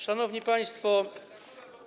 Szanowni Państwo!